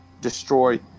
destroy